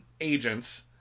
agents